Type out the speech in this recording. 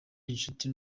inshuti